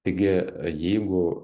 taigi jeigu